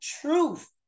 truth